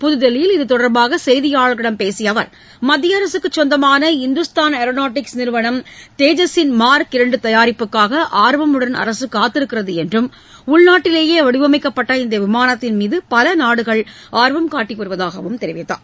புதுதில்லியில் இது தொடர்பாக செய்தியாளர்களிடம் பேசிய அவர் மத்திய அரசுக்கு சொந்தமான இந்துஸ்தான் ஏரோநாட்டிக்ஸ் நிறுவனம் தேஜஸின் மார்க் இரண்டு தயாரிப்புக்காக ஆர்வமுடன் அரசு காத்திருக்கிறது என்றும் உள்நாட்டிலேயே வடிவமைக்கப்பட்ட இந்த விமானத்தின் மீது பல நாடுகள் ஆர்வம் காட்டி வருவதாகவும் தெரிவித்தார்